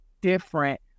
different